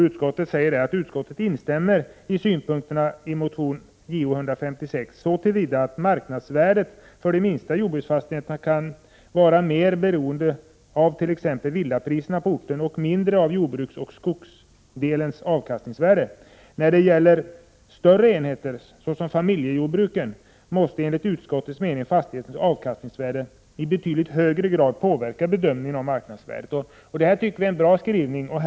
Utskottet anförde: ”Utskottet instämmer i synpunkterna i motion Jo156 så till vida att marknadsvärdet för de minsta jordbruksfastigheterna kan vara mer beroende av t.ex. villapriserna på orten och mindre av jordbrukseller skogsdelens avkastningsvärde. När det gäller större enheter såsom familjejordbruken måste enligt utskottets mening fastighetens avkastningsvärde i betydligt högre grad påverka bedömningen av marknadsvärdet.” Vi anser att utskottets skrivning var bra.